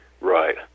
right